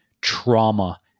trauma